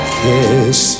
kiss